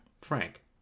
Frank